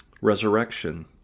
resurrection